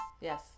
Yes